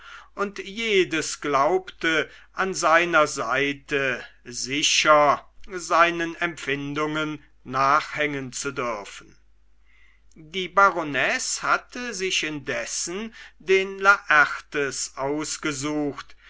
und jedes glaubte an seiner seite sicher seinen empfindungen nachhängen zu dürfen die baronesse hatte sich indessen den laertes aus